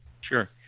Sure